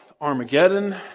Armageddon